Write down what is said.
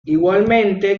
igualmente